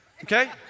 Okay